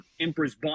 empress